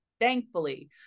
thankfully